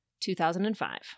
2005